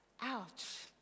Ouch